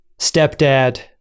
stepdad